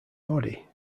body